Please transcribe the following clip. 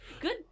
Good